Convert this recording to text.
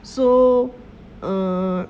so uh